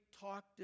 talked